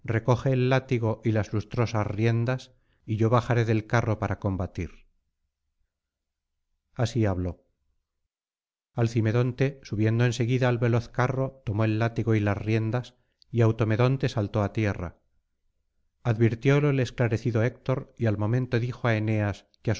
recoge el látigo y las lustrosas riendas y yo bajaré del carro para combatir así habló alcimedonte subiendo en seguida al veloz carro tomó el látigo y las riendas y automedonte saltó á tierra advirtiólo el esclarecido héctor y al momento dijo á eneas